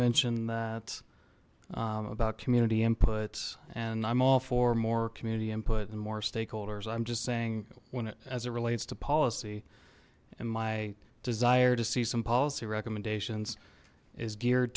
mentioned that about community input and i'm all for more community input and more stakeholders i'm just saying when it as it relates to policy and my desire to see some policy recommendations is geared